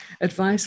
advice